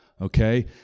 okay